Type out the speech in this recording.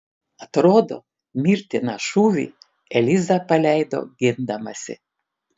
atrodo mirtiną šūvį eliza paleido gindamasi